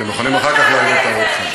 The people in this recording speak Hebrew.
אתם יכולים אחר כך להגיד את הערותיכם.